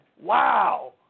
Wow